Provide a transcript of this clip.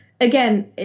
again